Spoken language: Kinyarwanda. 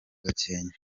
gakenke